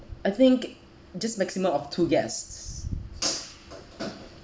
I think just maximum of two guests